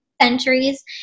centuries